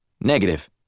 Negative